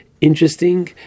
interesting